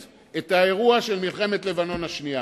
את האירוע של מלחמת לבנון השנייה.